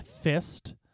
fist